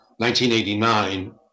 1989